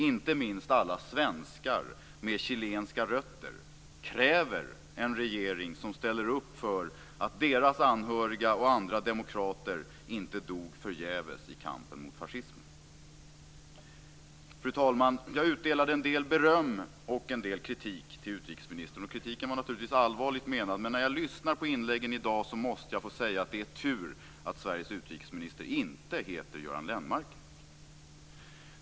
Inte minst alla svenskar med chilenska rötter kräver en regering som ställer upp för att deras anhöriga och andra demokrater inte dog förgäves i kampen mot fascismen. Fru talman! Jag utdelade en del beröm och riktade en del kritik till utrikesminstern, och kritiken var naturligtvis allvarligt menad. Men när jag lyssnar till inläggen i dag måste jag säga att det är tur att Sveriges utrikesminister inte heter Göran Lennmarker.